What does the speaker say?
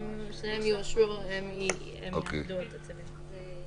אם שניהם יאושרו הם יאחדו את הצווים.